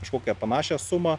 kažkokią panašią sumą